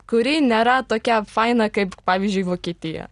kuri nėra tokia faina kaip pavyzdžiui vokietija